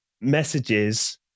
Messages